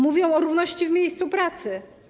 Mówią o równości w miejscu pracy.